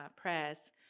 press